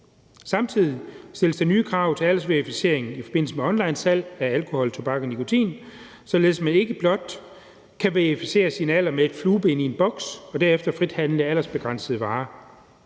Samtidig stilles der nye krav til aldersverificering i forbindelse med onlinesalg af alkohol, tobak og nikotin, således at man ikke blot kan verificere sin alder med et flueben i en boks og derefter frit handle aldersbegrænsede varer.